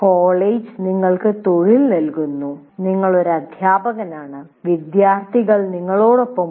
college നിങ്ങൾക്ക് തൊഴിൽ നൽകുന്നു നിങ്ങൾ ഒരു അധ്യാപകനാണ് വിദ്യാർത്ഥികൾ നിങ്ങളോടൊപ്പമുണ്ട്